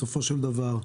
בסופו של דבר,